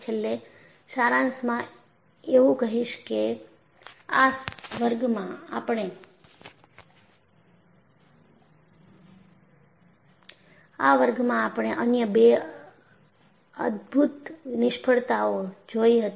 છેલ્લે સારાંશમાં એવું કહીશ કે આ વર્ગમાં આપણે અન્ય 2 અદ્ભુત નિષ્ફળતાઓ જોઈ હતી